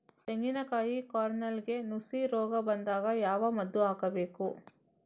ತೆಂಗಿನ ಕಾಯಿ ಕಾರ್ನೆಲ್ಗೆ ನುಸಿ ರೋಗ ಬಂದಾಗ ಯಾವ ಮದ್ದು ಹಾಕಬೇಕು?